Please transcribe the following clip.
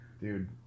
Dude